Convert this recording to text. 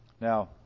Now